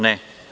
Ne.